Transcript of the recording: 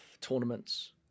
tournaments